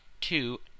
Two